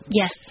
yes